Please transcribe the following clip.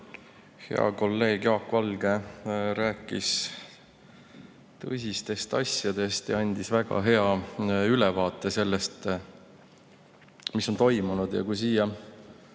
Hea kolleeg Jaak Valge rääkis tõsistest asjadest ja andis väga hea ülevaate sellest, mis on toimunud. Kui panna